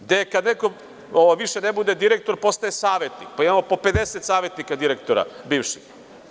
Gde kada neko ne bude više direktor postaje savetnik, pa imamo po 50 savetnika direktora bivšeg.